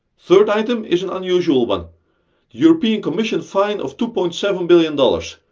third item is an unusual one european commission fine of two point seven billion dollars.